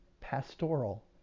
pastoral